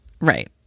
right